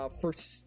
first